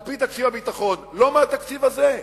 על-פי תקציב הביטחון, לא מהתקציב הזה,